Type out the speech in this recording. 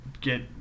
get